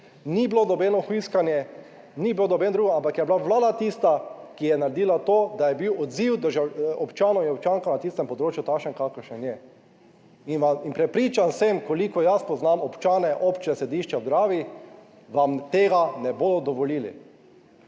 ni bilo nobeno hujskanje, ni bil noben drug, ampak je bila Vlada tista, ki je naredila to, da je bil odziv občanov in občank na tistem področju takšen kakršen je, in prepričan sem, kolikor jaz poznam občane občine, sedišče ob Dravi vam tega ne bodo dovolili.